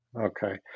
Okay